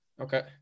okay